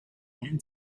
man